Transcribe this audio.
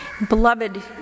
beloved